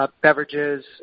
beverages